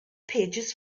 pages